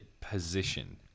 position